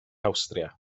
awstria